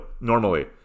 normally